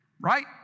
right